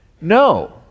No